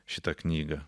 šitą knygą